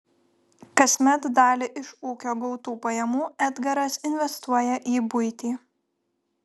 kasmet dalį iš ūkio gautų pajamų edgaras investuoja į buitį